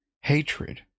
Hatred